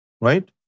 right